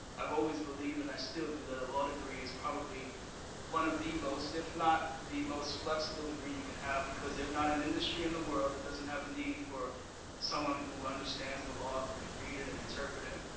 i've always believed, and i still do, that a law degree is probably one of the most, if not the most flexible degree you can have. because there's not an industry in the world doesn't have a need for someone who understands the law. who can read it an interpret it.